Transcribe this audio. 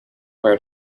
where